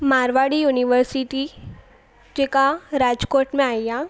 Marwari university जेका राजकोट में आई आहे